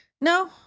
no